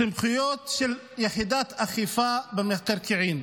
סמכויות של יחידת אכיפה במקרקעין.